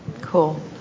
Cool